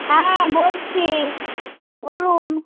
হ্যাঁ বলছি বলুন